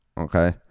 Okay